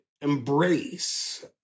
embrace